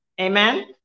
Amen